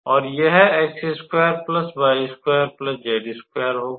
और यह होगा